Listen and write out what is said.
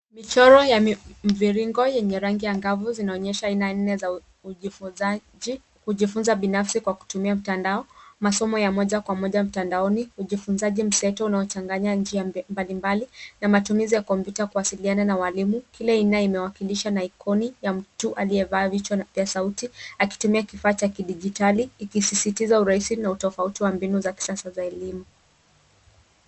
Michoro ya mviringo yenye rangi angavu zinaonyesha aina nne za ujifunzaji, kujifunza binafsi kupitia mtandao, masomo ya moja kwa moja mtandaoni, ujifunzaji mseto unaochanganya njia mbalimbali na matumizi ya kompyuta kuwasiliana na walimu. Kila aina imewakilishwa ikoni ya mtu aliyevaa vichwa vya sauti akitumia kifaa cha kidijitali ikisisistiza urahisi na utofauti wa mbinu za kisasa za elimu.